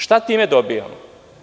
Šta time dobijamo?